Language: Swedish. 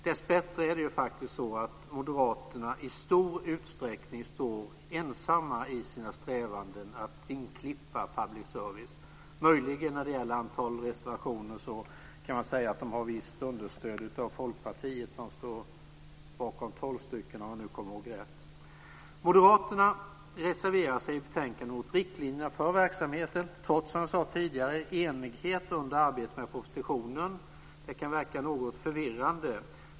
Dessbättre står Moderaterna i stor utsträckning ensamma i sina strävanden att vingklippa public service. När det gäller antalet reservationer kan man möjligen säga att de har visst understöd av Folkpartiet, som står bakom 12 stycken. Moderaterna reserverar sig i betänkandet mot riktlinjerna för verksamheten - trots, som jag sade tidigare, enighet under arbetet med propositionen. Det kan verka något förvirrande.